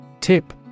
Tip